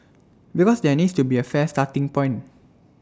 because there needs to be A fair starting point